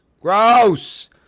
Gross